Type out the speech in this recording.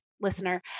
listener